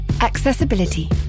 Accessibility